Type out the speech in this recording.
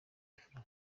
fla